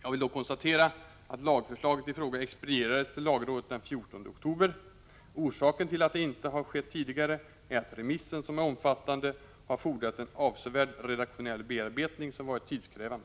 Jag vill då konstatera att lagförslaget i fråga expedierades till lagrådet den 14 oktober. Orsaken till att det inte har skett tidigare är att remissen, som är omfattande, har fordrat en avsevärd redaktionell bearbetning som varit tidskrävande.